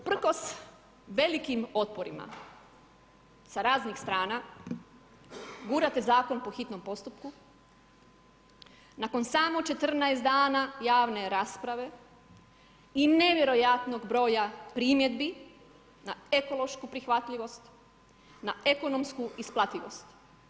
Dakle, u prkos velikim otporima sa raznih strana, gurate zakon po hitnom postupku nakon samo 14 dana javne rasprave i nevjerojatnog broja primjedbi na ekološku prihvatljivost, na ekonomsku isplativost.